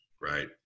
right